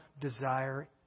desire